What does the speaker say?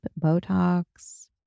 Botox